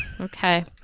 Okay